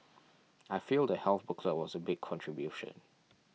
I feel the health booklet was a big contribution